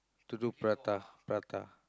to do prata prata